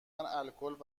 الکل